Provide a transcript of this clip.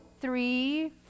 three